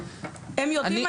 הם יודעים,